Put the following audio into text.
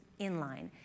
inline